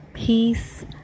Peace